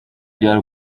byari